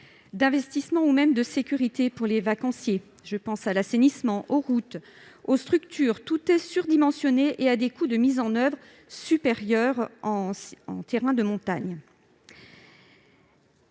d'investissement et de sécurité pour les vacanciers. Je pense à l'assainissement, aux routes, aux structures : tout est surdimensionné et présente des coûts de mise en oeuvre supérieurs en terrain de montagne.